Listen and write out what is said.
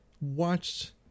watched